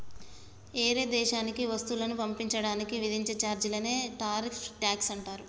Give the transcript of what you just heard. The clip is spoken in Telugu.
ఏరే దేశానికి వస్తువులను పంపించడానికి విధించే చార్జీలనే టారిఫ్ ట్యాక్స్ అంటారు